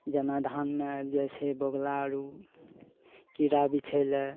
जेना धानमे आबि जाइ छै बोगुला आरु कीड़ा बीछै लए